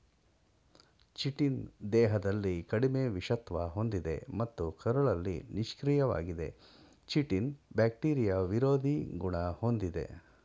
chitin ದೇಹದಲ್ಲಿ ಕಡಿಮೆ ವಿಷತ್ವ ಹೊಂದಿದೆ ಮತ್ತು ಕರುಳಲ್ಲಿ ನಿಷ್ಕ್ರಿಯವಾಗಿದೆ ಚಿಟಿನ್ ಬ್ಯಾಕ್ಟೀರಿಯಾ ವಿರೋಧಿ ಗುಣ ಹೊಂದಿದೆ